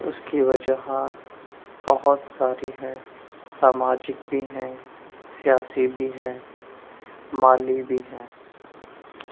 اس کی وجوہات بہت ساری ہیں سماجک بھی ہیں سیاسی بھی ہیں مالی بھی ہیں